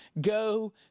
go